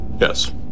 Yes